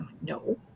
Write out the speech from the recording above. no